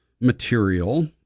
material